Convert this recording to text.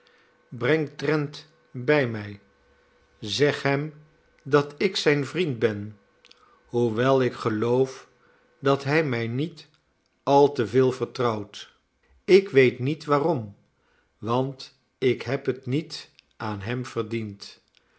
breng trent bij mij zeg hem dat ik zijn vriend ben hoewel ik geloof dat hij mij niet al te veel vertrouwt ik weet niet waarom want ik heb het niet aan hem verdiend